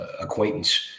acquaintance